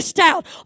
out